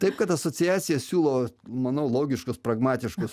taip kad asociacija siūlo manau logiškus pragmatiškus